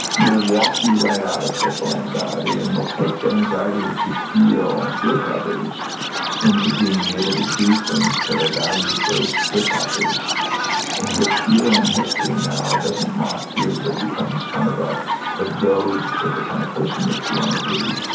will walk you right out of social anxiety, and will take the anxiety that you feel with others into being able to do things that are values-based with others in which your own history now doesn't mock you, but becomes kind of ah a goad for the kind of person that you wanna be,